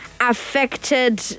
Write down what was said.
affected